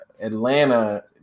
Atlanta